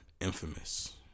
Infamous